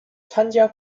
参加